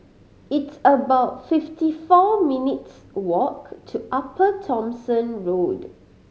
it's about fifty four minutes' walk to Upper Thomson Road